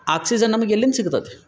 oxygen ನಮ್ಗ ಎಲ್ಲಿಂದ ಸಿಗ್ತತಿ